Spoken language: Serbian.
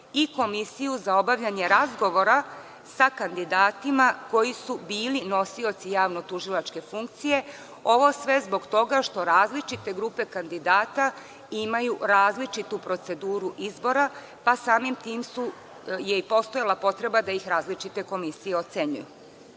i komisiju za obavljanje razgovora sa kandidatima koji su bili nosioci javnotužilačke funkcije, ovo sve zbog toga što različite grupe kandidata imaju različitu proceduru izbora, pa samim tim je postojala potreba da ih različite komisije ocenjuju. Sve